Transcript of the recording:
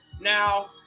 Now